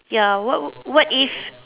ya what what if